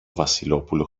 βασιλόπουλο